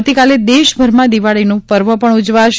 આવતીકાલે દેશભરમાં દિવાળીનું પર્વ પણ ઉજવાશે